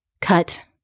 Cut